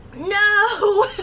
No